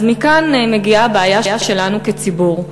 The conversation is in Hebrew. מכאן מגיעה הבעיה שלנו כציבור.